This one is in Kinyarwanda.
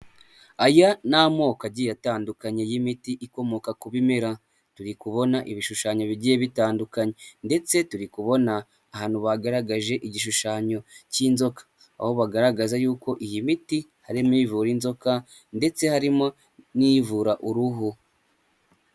Aya ni amoko agiye atandukanye y'imiti ikomoka ku bimera. Turi kubona ibishushanyo bigiye bitandukanye ndetse turi kubona ahantu bagaragaje igishushanyo cy'inzoka. Aho bagaragaza y'uko iyi miti harimo ivura inzoka ndetse harimo n'ivura uruhu.